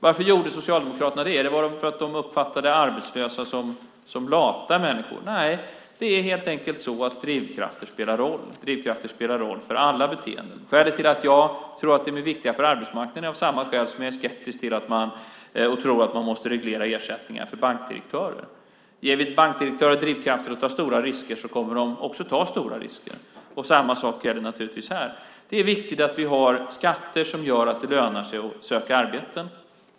Varför gjorde Socialdemokraterna detta? Var det för att de uppfattade arbetslösa som lata människor? Nej, det är helt enkelt så att drivkrafter spelar roll. Drivkrafter spelar roll för alla beteenden. Att jag tror att de är viktiga för arbetsmarknaden är av samma skäl som jag är skeptisk till och tror att man måste reglera ersättningar för bankdirektörer. Ger vi bankdirektörer drivkrafter att ta stora risker, kommer de också att ta stora risker. Samma sak gäller naturligtvis här. Det är viktigt att vi har skatter som gör att det lönar sig att söka arbete.